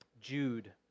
Jude